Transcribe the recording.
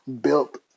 built